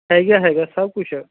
ਹੈਗਾ ਹੈਗਾ ਸਭ ਕੁਛ